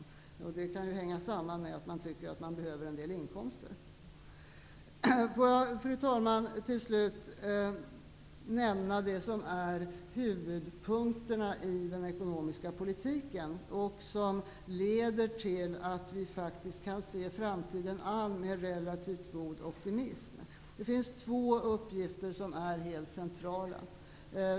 Det kan hänga samman med att man tycker att man behöver en del inkomster. Fru talman! Får jag till slut nämna det som är huvudpunkterna i den ekonomiska politiken, och som leder till att vi faktiskt kan se framtiden an med relativt god optimism. Det finns två uppgifter som är helt centrala.